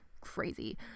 crazy